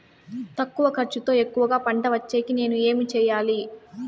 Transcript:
తక్కువ ఖర్చుతో ఎక్కువగా పంట వచ్చేకి నేను ఏమి చేయాలి?